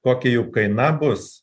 kokia jų kaina bus